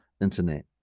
internet